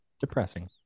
Depressing